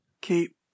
Keep